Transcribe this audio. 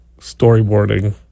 storyboarding